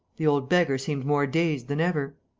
the old beggar seemed more dazed than ever.